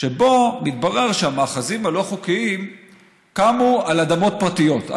שבו מתברר שהמאחזים הלא-חוקיים קמו על אדמות פרטיות,